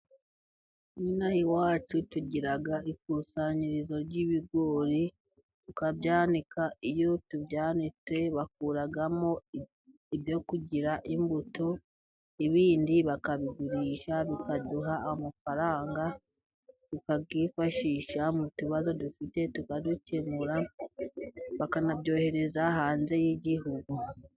Inaha iwacu tugira ikusanyirizo ry'ibigori tukabyanika, iyo tubyanitse bakuramo ibyo kugira imbuto. Ibindi bakabigurisha bikaduha amafaranga tukayifashisha mu tubazo dufite tukadukemura bakanabyohereza hanze y'igihugu.